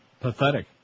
Pathetic